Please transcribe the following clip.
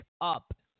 up